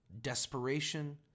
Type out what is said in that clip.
desperation